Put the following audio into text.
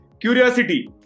Curiosity